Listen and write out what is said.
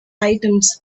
items